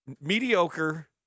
mediocre